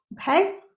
Okay